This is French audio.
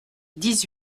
dix